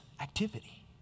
activity